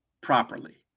properly